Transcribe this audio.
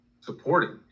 supporting